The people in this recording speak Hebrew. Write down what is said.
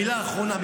מילה אחרונה,